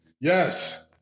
Yes